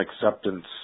acceptance